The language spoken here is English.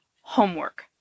homework